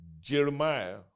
Jeremiah